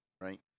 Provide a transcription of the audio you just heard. right